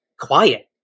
quiet